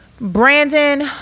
Brandon